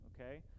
okay